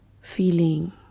feeling